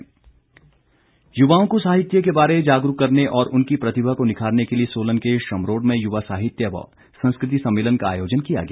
सम्मेलन युवाओं को साहित्य के बारे जागरूक करने और उनकी प्रतिभा को निखारने के लिए सोलन के शमरोड में युवा साहित्य व संस्कृति सम्मेलन का आयोजन किया गया